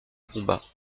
combat